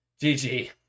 GG